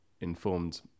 informed